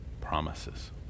promises